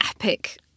epic